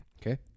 Okay